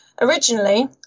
Originally